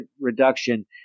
reduction